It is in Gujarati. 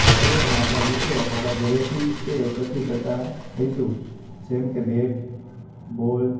આપણે અને આપણા મિત્રો ઘરેથી તે એકઠી કરતાં હોઈશું જેમકે બેટ બોલ